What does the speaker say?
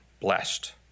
blessed